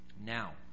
now